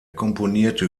komponierte